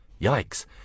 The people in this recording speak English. Yikes